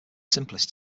simplest